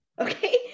okay